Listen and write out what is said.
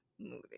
movie